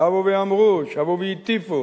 שבו ואמרו, שבו והטיפו